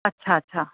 अच्छा अच्छा